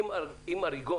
שלום רב.